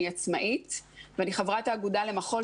אני עצמאית ואני חברת האגודה למחול,